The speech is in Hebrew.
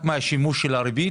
רק מהשימוש של הריבית.